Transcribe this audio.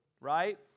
right